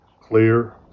clear